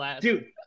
dude